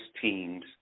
teams